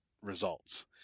results